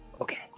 Okay